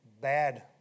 bad